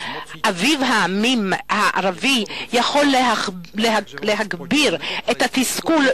אביב העמים הערבי יכול להגביר את התסכול,